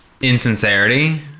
insincerity